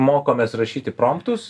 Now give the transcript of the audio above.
mokomės rašyti promtus